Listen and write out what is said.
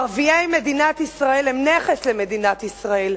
ערביי מדינת ישראל הם נכס למדינת ישראל,